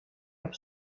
app